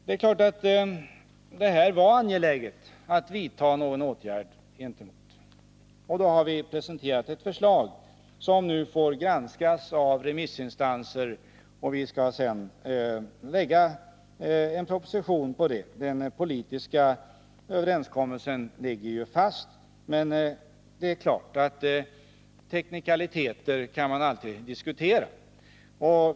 Det är klart att det var angeläget att vidta någon åtgärd gentemot denna utveckling, och då har vi presenterat ett förslag som nu får granskas av remissinstanserna. Sedan skall vi lägga fram en proposition. Den politiska överenskommelsen ligger fast, men det är klart att man alltid kan diskutera teknikaliteter.